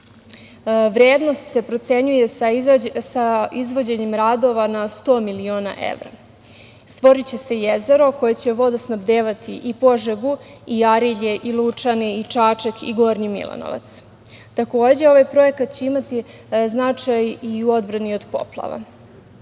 vrednost se procenjuje sa izvođenjem radova na 100 miliona evra. Stvoriće se jezero koje će vodosnabdevati i Požegu i Arilje i Lučane i Čačak i Gornji Milanovac. Takođe, ovaj projekat će imati značaj i u odbrani od poplava.